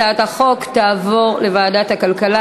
הצעת החוק תעבור לוועדת הכלכלה.